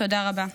תודה רבה.